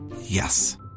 Yes